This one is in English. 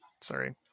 Sorry